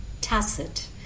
tacit